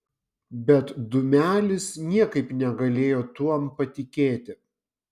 bet dūmelis niekaip negalėjo tuom patikėti